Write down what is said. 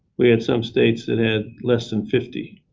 we had some states that had less than fifty.